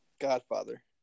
godfather